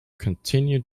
continued